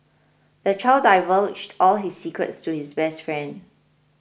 the child divulged all his secrets to his best friend